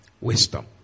wisdom